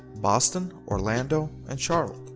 boston, orlando and charlotte.